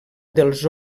dels